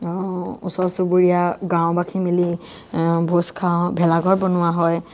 ওচৰ চুবুৰীয়া গাঁওবাসী মিলি ভোজ খাওঁ ভেলাঘৰ বনোৱা হয়